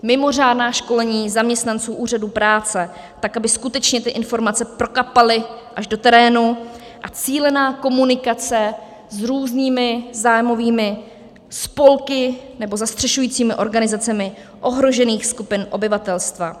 Mimořádná školení zaměstnanců úřadů práce, tak aby skutečně ty informace prokapaly až do terénu, a cílená komunikace s různými zájmovými spolky nebo zastřešujícími organizacemi ohrožených skupin obyvatelstva.